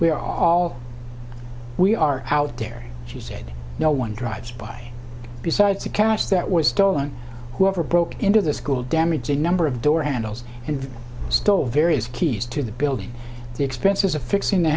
we're all we are out there she said no one drives by besides the cash that was stolen whoever broke into the school damage a number of door handles and stole various keys to the building expenses of fixing the